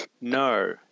No